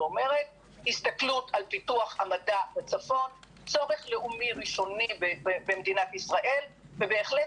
הסתכלות על פיתוח המדע בצפון צומת לאומי ראשוני במדינת ישראל בהחלט